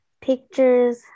pictures